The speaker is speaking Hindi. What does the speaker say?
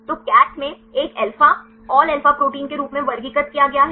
तो CATH में एक अल्फा ऑल अल्फा प्रोटीन के रूप में वर्गीकृत किया गया है